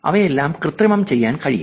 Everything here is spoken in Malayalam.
അവയെല്ലാം കൃത്രിമം ചെയ്യാൻ കഴിയും